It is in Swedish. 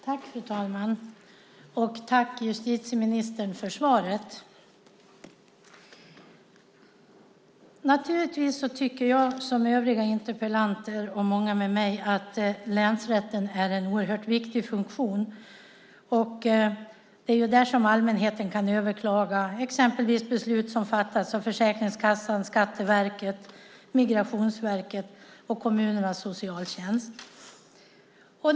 Fru talman! Jag tackar justitieministern för svaret. Jag tycker, liksom övriga interpellanter och många andra, att länsrätten har en oerhört viktig funktion. Det är där allmänheten kan överklaga exempelvis beslut som fattats av Försäkringskassan, Skatteverket, Migrationsverket och kommunernas socialtjänst.